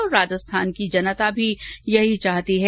और राजस्थान की जनता भी यही चाहती है